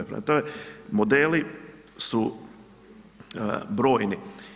Prema tome, modeli su brojni.